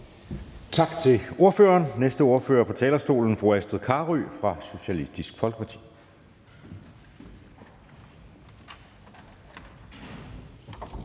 Tak til ordføreren. Næste ordfører på talerstolen er fru Astrid Carøe fra Socialistisk Folkeparti.